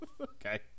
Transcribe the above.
Okay